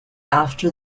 after